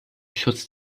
schutz